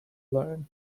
learn